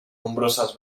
nombroses